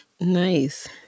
Nice